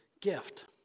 gift